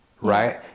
right